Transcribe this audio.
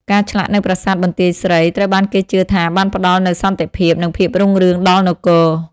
ការឆ្លាក់នៅប្រាសាទបន្ទាយស្រីត្រូវបានគេជឿថាបានផ្តល់នូវសន្តិភាព និងភាពរុងរឿងដល់នគរ។